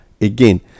again